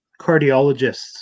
cardiologists